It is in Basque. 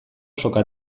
soka